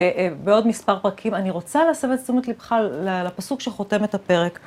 בעוד מספר פרקים, אני רוצה להסב את תשומת לבך לפסוק שחותם את הפרק.